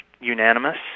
unanimous